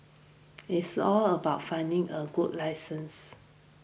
it's all about finding a good licence